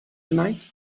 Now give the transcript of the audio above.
tonight